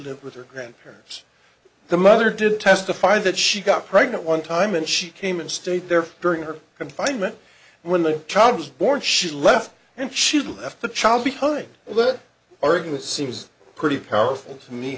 lived with her grandparents the mother did testify that she got pregnant one time and she came and stayed there during her confinement when the child was born she left and she left the child behind all that argument seems pretty powerful to me